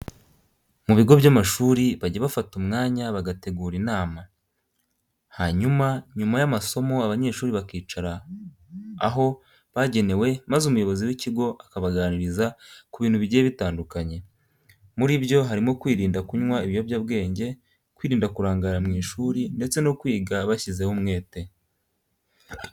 Mu bigo by'amashuri bajya bafata umwanya bagategura inama, hanyuma nyuma y'amasomo abanyeshuri bakicara aho bagenewe maze umuyobozi w'ikigo akabaganiriza ku bintu bigiye bitandukanye. Muri byo harimo kwirinda kunywa ibiyobyabwenge, kwirinda kurangara mu ishuri, ndetse no kwiga bashyizeho umwete.